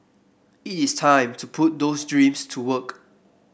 it is time to put those dreams to work